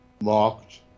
marked